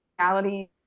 reality